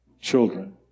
children